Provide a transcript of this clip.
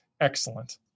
excellent